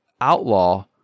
Outlaw